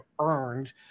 earned